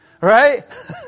Right